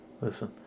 Listen